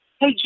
hey